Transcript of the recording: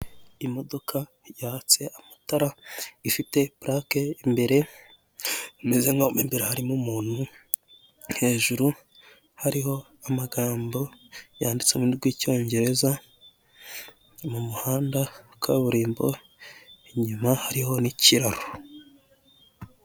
Imodoka yatse amatara, ifite purake imbere, bimeze nk'aho mo imbere harimo umuntu, hejuru hariho amagambo yanditse mu rurimi rw'icyongereza, mu muhanda wa kaburimbo inyuma hariho n'ikiraro.